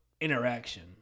interaction